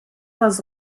les